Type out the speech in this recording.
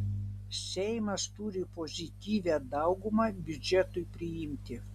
seimas turi pozityvią daugumą biudžetui priimti